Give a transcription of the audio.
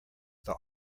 this